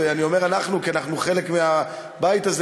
ואני אומר "אנחנו" כי אנחנו חלק מהבית הזה,